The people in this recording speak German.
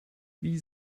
wie